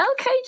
Okay